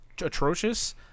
atrocious